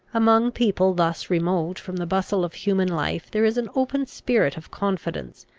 among people thus remote from the bustle of human life there is an open spirit of confidence,